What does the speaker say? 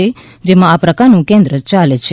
છે જેમાં આ પ્રકારનું કેન્દ્ર ચાલે છે